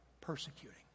persecuting